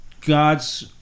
God's